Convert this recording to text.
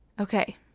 okay